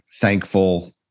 thankful